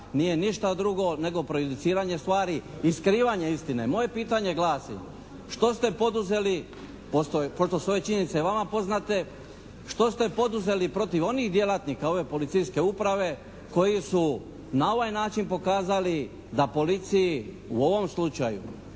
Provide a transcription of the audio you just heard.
nije ništa drugo nego prejudiciranje stvari i skrivanje istine. Moje pitanje glasi, što ste poduzeli, koliko su ove činjenice vama poznate, što ste poduzeli protiv onih djelatnika ove policijske uprave koji su na ovaj način pokazali da policiji u ovom slučaju